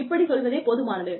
இப்படிச் சொல்வதே போதுமானது